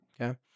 okay